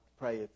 pray